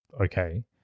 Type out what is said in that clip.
okay